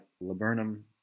laburnum